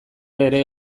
ere